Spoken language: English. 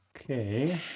Okay